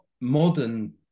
modern